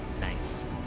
Nice